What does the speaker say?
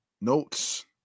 Notes